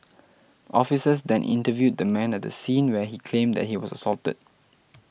officers then interviewed the man at the scene where he claimed that he was assaulted